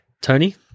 Tony